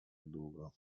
długo